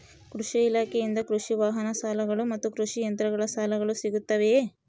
ಕೃಷಿ ಇಲಾಖೆಯಿಂದ ಕೃಷಿ ವಾಹನ ಸಾಲಗಳು ಮತ್ತು ಕೃಷಿ ಯಂತ್ರಗಳ ಸಾಲಗಳು ಸಿಗುತ್ತವೆಯೆ?